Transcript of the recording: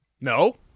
No